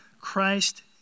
Christ